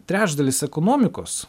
trečdalis ekonomikos